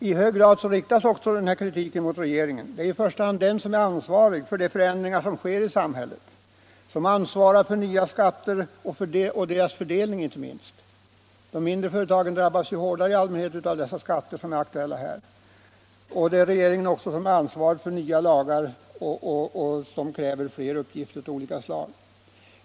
I hög grad riktas denna kritik mot regeringen. Det är i första hand den som är ansvarig för de förändringar som sker i samhället, som står bakom nya skatter och inte minst deras fördelning. De mindre företagen drabbas ju i allmänhet hårdare av de skatter det här är fråga om. Det är regeringen som är ansvarig för nya lagar och som kräver fler uppgifter av olika slag.